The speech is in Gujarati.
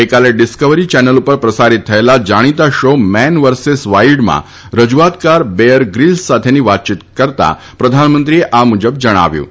ગઇકાલે ડિસ્કવરી ચેનલ ઉપર પ્રસારિત થયેલા જાણીતા શો મેન વર્સેસ વાઇલ્ડમાં રજુઆતકાર બેઅર ગ્રીલ્સ સાથે વાતયીત કરતા પ્રધાનમંત્રીએ આ મુજબ જણાવ્યું હતું